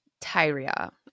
Tyria